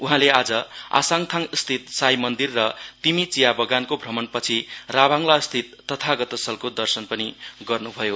उहाँले आज आसाङथाङस्थित साई मन्दिर र तिमी चीया गर्डनको भ्रमण पछि राभाङलास्थित तथागतस्थलको पनि दर्शन गर्नुभयो